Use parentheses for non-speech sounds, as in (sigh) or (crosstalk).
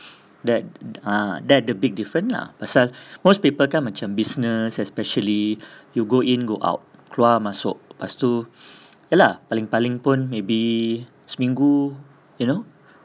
that ah that the big different lah pasal most people kan macam business especially you go in go out keluar masuk lepas tu (breath) ye lah paling-paling maybe seminggu you know